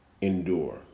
endure